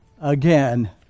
again